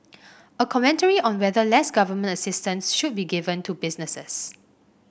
a commentary on whether less government assistance should be given to businesses